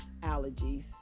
allergies